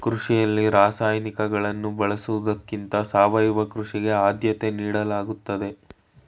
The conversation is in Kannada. ಕೃಷಿಯಲ್ಲಿ ರಾಸಾಯನಿಕಗಳನ್ನು ಬಳಸುವುದಕ್ಕಿಂತ ಸಾವಯವ ಕೃಷಿಗೆ ಆದ್ಯತೆ ನೀಡಲಾಗುತ್ತದೆ